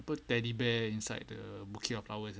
put teddy bear inside the bouquet of flowers